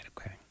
Okay